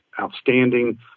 outstanding